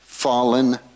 Fallen